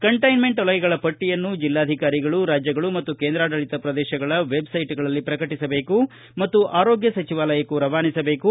containment ವಲಯಗಳ ಪಟ್ಟಯನ್ನು ಜಿಲ್ಲಾಧಿಕಾರಿಗಳು ರಾಜ್ಯಗಳು ಮತ್ತು ಕೇಂದ್ರಾಡಳಿತ ಪ್ರದೇಶಗಳ ವೆಬ್ಸೈಟ್ಗಳಲ್ಲಿ ಪ್ರಕಟಿಸಬೇಕು ಮತ್ತು ಆರೋಗ್ಯ ಸಚಿವಾಲಯಕ್ಕೂ ರವಾನಿಸಬೇಕು